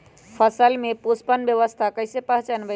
फसल में पुष्पन अवस्था कईसे पहचान बई?